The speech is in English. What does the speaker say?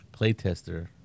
playtester